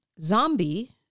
zombie